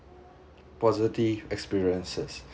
positive experiences